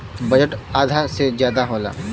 budget आधा से जादा होला